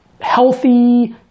healthy